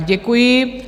Děkuji.